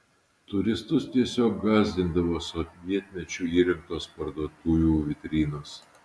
turistus tiesiog gąsdindavo sovietmečiu įrengtos parduotuvių vitrinos